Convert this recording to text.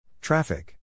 Traffic